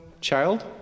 child